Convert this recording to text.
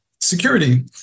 security